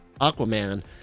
aquaman